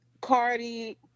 Cardi